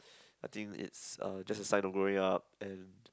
I think it's a just a sign of growing up and